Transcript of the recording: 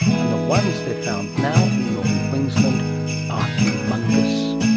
and the ones they've found now in northern queensland are humongous.